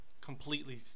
completely